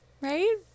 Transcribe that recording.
Right